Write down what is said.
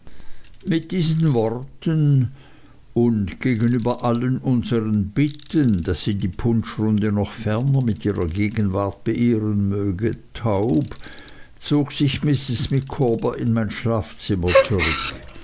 mit diesen worten und gegenüber allen unsern bitten daß sie die punschrunde noch ferner mit ihrer gegenwart beehren möge taub zog sich mrs micawber in mein schlafzimmer zurück